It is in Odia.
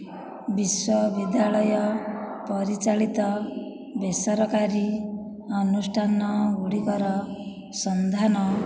ବିଶ୍ୱବିଦ୍ୟାଳୟ ପରିଚାଳିତ ବେସରକାରୀ ଅନୁଷ୍ଠାନ ଗୁଡ଼ିକର ସନ୍ଧାନ କର